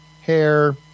hair